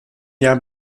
jahr